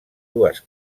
dues